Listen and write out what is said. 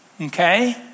okay